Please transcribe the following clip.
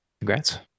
congrats